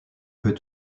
peut